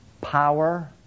power